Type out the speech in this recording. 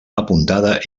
apuntada